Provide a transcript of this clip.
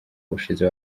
ubushize